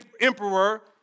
emperor